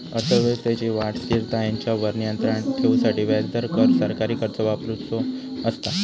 अर्थव्यवस्थेची वाढ, स्थिरता हेंच्यावर नियंत्राण ठेवूसाठी व्याजदर, कर, सरकारी खर्च वापरुचो असता